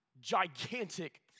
gigantic